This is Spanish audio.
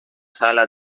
sala